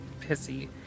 pissy